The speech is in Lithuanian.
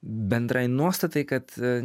bendrai nuostatai kad